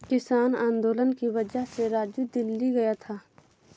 किसान आंदोलन की वजह से राजू दिल्ली गया था